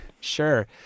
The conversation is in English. Sure